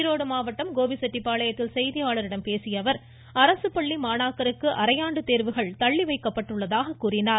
ஈரோடு மாவட்டம் கோபிச்செட்டிப்பாளையத்தில் செய்தியாளர்களிடம் பேசிய அவர் அரசுப்பள்ளி மாணாக்கருக்கு அரையாண்டு தேர்வுகள் தள்ளி வைக்கப்பட்டுள்ளதாக கூறினார்